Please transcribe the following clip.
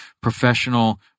professional